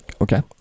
Okay